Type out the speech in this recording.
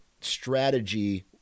strategy